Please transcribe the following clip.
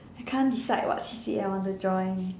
I can't decide what C_C_A I want to join